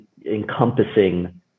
encompassing